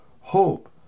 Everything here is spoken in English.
hope